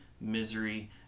Misery